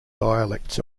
dialects